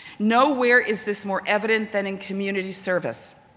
nowhere is this more evident than in community service.